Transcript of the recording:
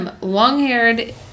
Long-haired